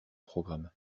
programmes